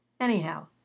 Anyhow